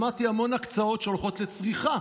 שמעתי המון הקצאות שהולכות לצריכה,